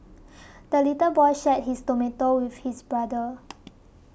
the little boy shared his tomato with his brother